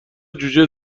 جوجه